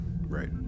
right